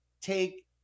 take